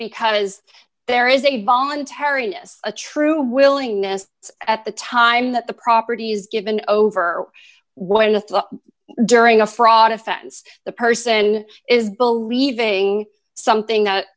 because there is a voluntariness a true willingness at the time that the properties given over when a during a fraud offense the person is believing something that